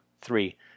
three